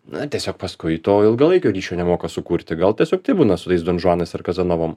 na tiesiog paskui to ilgalaikio ryšio nemoka sukurti gal tiesiog taip būna su tais donžuanais ar kazanovom